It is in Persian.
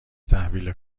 تحویل